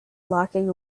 locking